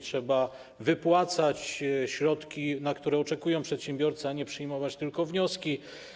Trzeba wypłacać środki, na które oczekują przedsiębiorcy, a nie tylko przyjmować wnioski.